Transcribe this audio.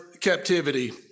captivity